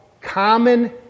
common